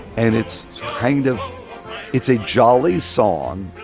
and it's kind of it's a jolly song,